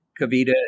Kavita